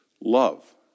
love